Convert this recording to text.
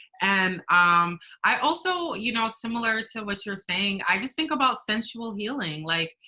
and um i also, you know, similar to what you're saying, i just think about sensual healing, like,